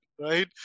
right